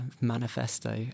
manifesto